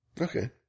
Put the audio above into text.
Okay